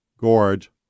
gorge